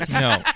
No